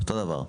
אותו דבר.